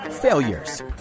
failures